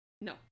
No